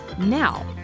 Now